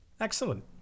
Excellent